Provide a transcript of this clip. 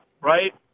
right